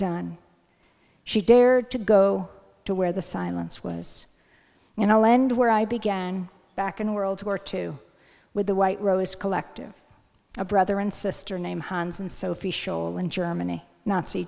done she dared to go to where the silence was in a land where i began back in world war two with a white rose collective a brother and sister named hands and sophie schol in germany nazi